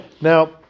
Now